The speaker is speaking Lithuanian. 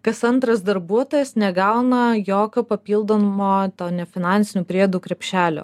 kas antras darbuotojas negauna jokio papildomo to nefinansinių priedų krepšelio